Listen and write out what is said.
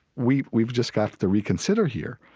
we've we've just got to reconsider here.